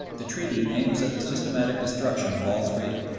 the treaty aims at the systematic destruction of all three,